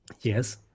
Yes